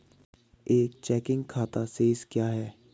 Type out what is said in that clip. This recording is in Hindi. एक चेकिंग खाता शेष क्या है?